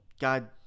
God